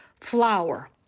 flour